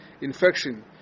infection